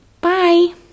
Bye